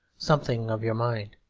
something of your mind.